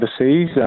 overseas